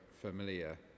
familiar